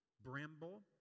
bramble